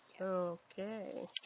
Okay